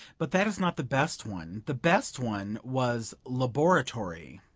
but that is not the best one the best one was laboratory.